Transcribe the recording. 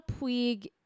Puig